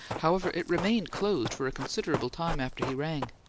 however, it remained closed for a considerable time after he rang.